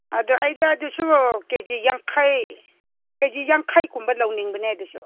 ꯑꯗꯨ ꯑꯩꯗꯣ ꯑꯗꯨꯁꯨ ꯀꯦꯖꯤ ꯌꯥꯡꯈꯩ ꯀꯦꯖꯤ ꯌꯥꯡꯈꯩꯒꯨꯝꯕ ꯂꯧꯅꯤꯡꯕꯅꯦ ꯑꯗꯨꯁꯨ